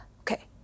Okay